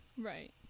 right